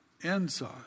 inside